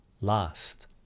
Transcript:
last